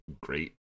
great